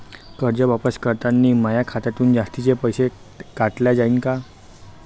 कर्ज वापस करतांनी माया खात्यातून जास्तीचे पैसे काटल्या जाईन का?